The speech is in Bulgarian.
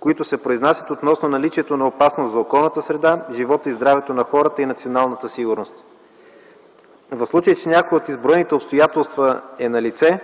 които се произнасят относно наличието на опасност за околната среда, живота и здравето на хората и националната сигурност. В случай, че някое от изброените обстоятелства е налице,